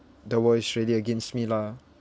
the world is really against me lah